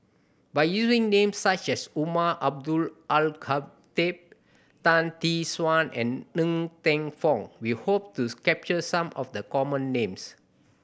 by using names such as Umar Abdullah Al Khatib Tan Tee Suan and Ng Teng Fong we hope to capture some of the common names